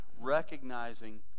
recognizing